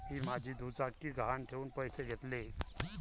मी माझी दुचाकी गहाण ठेवून पैसे घेतले